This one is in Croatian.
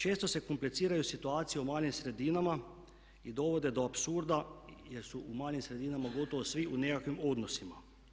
Često se kompliciraju situacije u malim sredinama i dovode do apsurda jer su u malim sredinama gotovo svi u nekakvim odnosima.